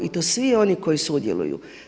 I to svi oni koji sudjeluju.